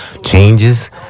changes